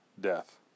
death